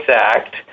act